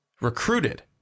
recruited